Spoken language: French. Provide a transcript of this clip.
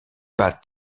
pattes